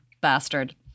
bastard